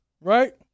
right